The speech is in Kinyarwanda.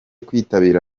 kwitabira